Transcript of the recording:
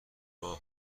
ماه